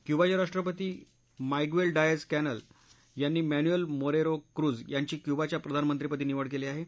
क्युबाचरिष्ट्रपती मायग्वस्तीडायज कॅनल यांनी Manuel Marrero Cruz यांची क्बुबाच्या प्रधानमंत्रीपदी निवड क्ली आहा